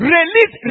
Release